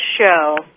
show